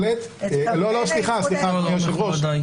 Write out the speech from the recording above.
את קמפיין האיחוד האירופי.